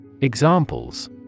Examples